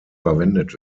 verwendet